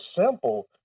simple